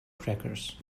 crackers